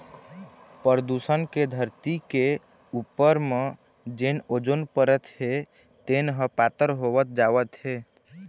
परदूसन के धरती के उपर म जेन ओजोन परत हे तेन ह पातर होवत जावत हे